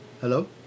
Hello